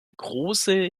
große